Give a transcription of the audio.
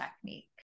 technique